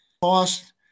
Cost